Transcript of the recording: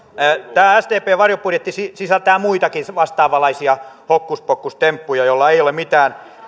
tämä sdpn varjobudjetti sisältää muitakin vastaavanlaisia hokkuspokkustemppuja joilla ei ole mitään